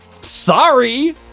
Sorry